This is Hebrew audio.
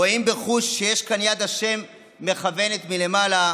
רואים בחוש שיש כאן יד ה' המכוונת מלמעלה